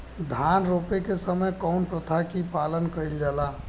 धान रोपे के समय कउन प्रथा की पालन कइल जाला?